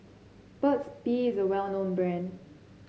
Burt's Bee is a well known brand